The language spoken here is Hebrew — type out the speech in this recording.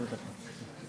בסם אללה א-רחמאן א-רחים.